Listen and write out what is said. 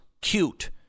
cute